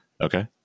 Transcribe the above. Okay